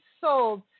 sold